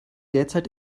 derzeit